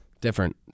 different